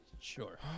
Sure